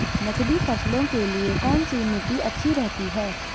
नकदी फसलों के लिए कौन सी मिट्टी अच्छी रहती है?